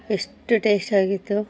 ಎಷ್ಟು ಟೇಸ್ಟಿಯಾಗಿತ್ತು